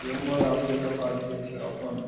जे उमर आबयके बाद जे छै अपन